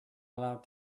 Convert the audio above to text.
allowed